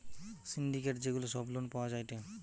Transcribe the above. syndicate যে গুলা সব লোন পাওয়া যায়টে